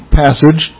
passage